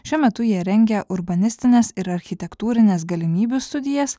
šiuo metu jie rengia urbanistines ir architektūrines galimybių studijas